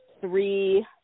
three